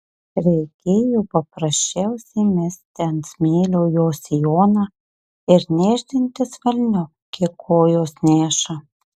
reikėjo paprasčiausiai mesti ant smėlio jos sijoną ir nešdintis velniop kiek kojos neša